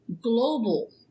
global